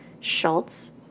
Schultz